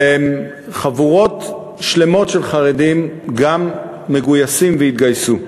חבורות שלמות של חרדים גם מגויסים והתגייסו.